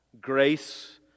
Grace